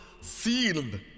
sealed